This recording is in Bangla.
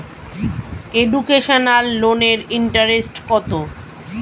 এডুকেশনাল লোনের ইন্টারেস্ট কত?